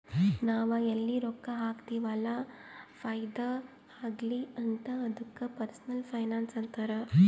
ನಾವ್ ಎಲ್ಲಿ ರೊಕ್ಕಾ ಹಾಕ್ತಿವ್ ಅಲ್ಲ ಫೈದಾ ಆಗ್ಲಿ ಅಂತ್ ಅದ್ದುಕ ಪರ್ಸನಲ್ ಫೈನಾನ್ಸ್ ಅಂತಾರ್